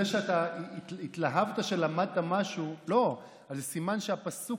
זה שאתה מתלהב שלמדת משהו זה סימן שהפסוק